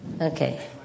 Okay